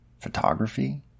photography